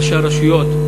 ראשי הרשויות,